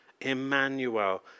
Emmanuel